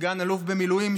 סגן אלוף במילואים,